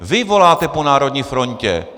Vy voláte po národní frontě!